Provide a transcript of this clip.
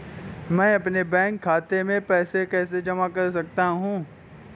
मैं अपने बैंक खाते में पैसे कैसे जमा कर सकता हूँ?